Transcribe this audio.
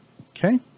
Okay